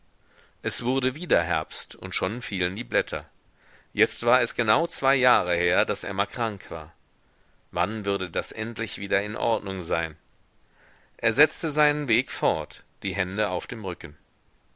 es wurde wieder herbst und schon fielen die blätter jetzt war es genau zwei jahre her daß emma krank war wann würde das endlich wieder in ordnung sein er setzte seinen weg fort die hände auf dem rücken